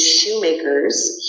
shoemakers